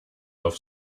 auf